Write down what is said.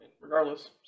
regardless